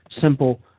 simple